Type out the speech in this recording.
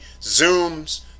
Zooms